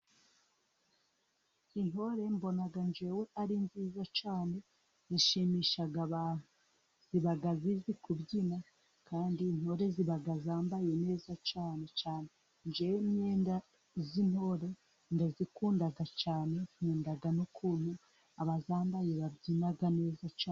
Intore mbona ngewe ari nziza cyane zishimisha abantu, ziba zizi kubyina, kandi intore ziba zambaye neza cyane cyane. Ngewe imyenda y'intore ndayikunda cyane. Nkunda n'ukuntu abayambaye babyina neza cyane.